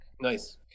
Nice